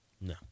No